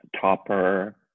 Topper